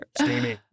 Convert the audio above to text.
Steamy